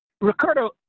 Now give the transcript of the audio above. Ricardo